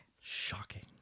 Shocking